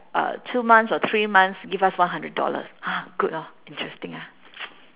uh two months or three months give us one hundred dollars ha good hor interesting ah